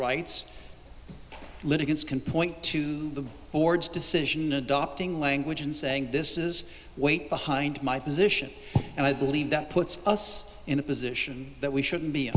rights litigants can point to the board's decision adopting language and saying this is weight behind my position and i believe that puts us in a position that we shouldn't be